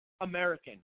American